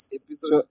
episode